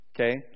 Okay